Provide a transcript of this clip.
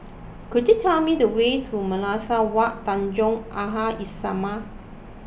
could you tell me the way to Madrasah Wak Tanjong Aha islamiah